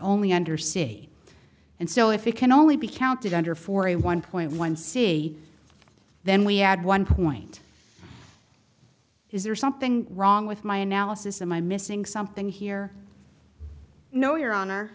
only under c and so if it can only be counted under forty one point one c then we add one point is there something wrong with my analysis and i'm missing something here no your honor